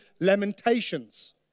lamentations